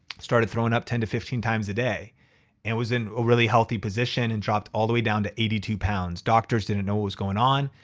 started throwing up ten to fifteen times a day and was in a really healthy position and dropped all the way down to eighty two pounds. doctors didn't know what was going on.